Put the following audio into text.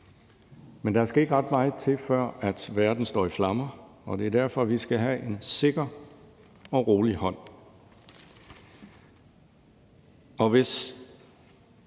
Men der skal ikke ret meget til, før verden står i flammer, og det er derfor, vi skal have en sikker og rolig hånd,